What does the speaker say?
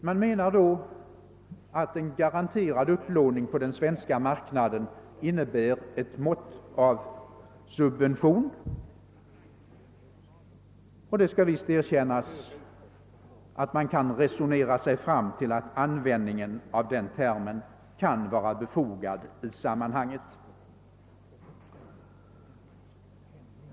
Man menar då att en garanterad upplåning på den svenska marknaden innebär ett mått av subvention. Det skall visst er kännas att man kan resonera sig fram till att användningen av den termen kan vara befogad i sammanhanget.